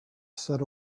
said